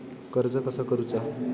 कर्ज कसा करूचा?